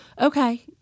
okay